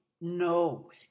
No